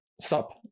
stop